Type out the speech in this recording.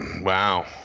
Wow